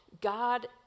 God